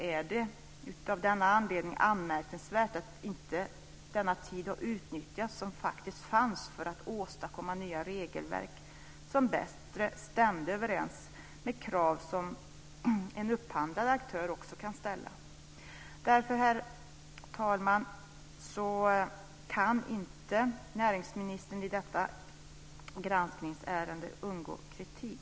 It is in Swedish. Av den anledningen är det anmärkningsvärt att den tid som faktiskt fanns inte har utnyttjats för att åstadkomma nya regelverk, regelverk som bättre stämde överens med krav som en upphandlad aktör också kan ställa. Därför, herr talman, kan inte näringsministern i detta granskningsärende undgå kritik.